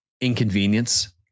inconvenience